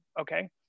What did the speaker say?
Okay